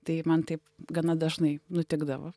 tai man taip gana dažnai nutikdavo